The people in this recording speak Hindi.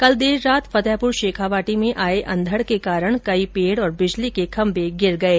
कल देर रात फतेहपुर शेखावाटी में आये अंधड के कारण कई पेड और बिजली के खम्मे गिर गये